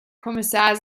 kommissar